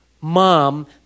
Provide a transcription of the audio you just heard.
mom